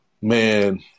Man